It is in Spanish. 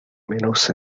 menos